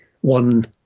one